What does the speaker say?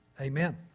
Amen